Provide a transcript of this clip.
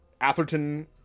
Atherton